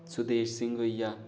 सुदेश सिंह होई गेआ